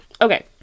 okay